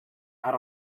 out